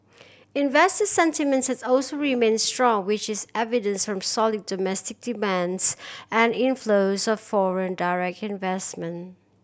investor sentiment has also remained strong which is evident from solid domestic demands and inflows of foreign direct investment